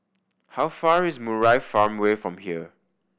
how far is Murai Farmway from here